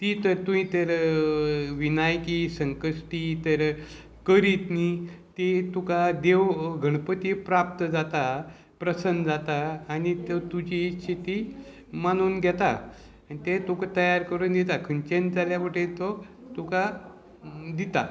ती तर तुंय तर विनायकी संकश्टी तर करीत न्ही ती तुका देव गणपती प्राप्त जाता प्रसन्न जाता आनी त्यो तुजी इत्छा ती मानून घेता ते तुका तयार करून दिता खंयचेंच जाल्यार वटेन तो तुका दिता